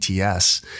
ATS